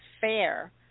fair